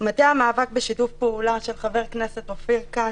מטה המאבק, בשיתוף פעולה של חבר כנסת אופיר כץ,